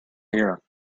here